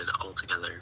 altogether